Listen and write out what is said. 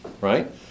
right